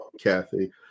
Kathy